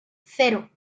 cero